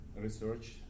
research